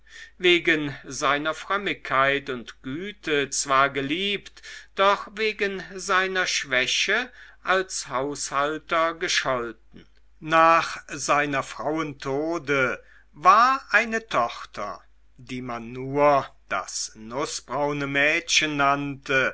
wegen seiner frömmigkeit und güte zwar geliebt doch wegen seiner schwäche als haushalter gescholten nach seiner frauen tode war eine tochter die man nur das nußbraune mädchen